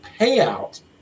payout